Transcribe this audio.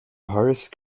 horace